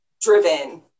driven